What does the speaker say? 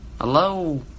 Hello